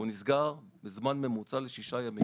והוא נסגר לזמן ממוצא של שישה ימים,